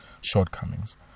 shortcomings